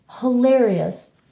Hilarious